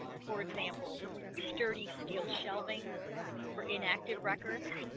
for example sturdy steel shelving for inactive records